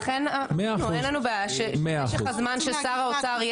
ולכן אין לנו בעיה שמשך השר ששר האוצר,